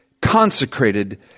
Consecrated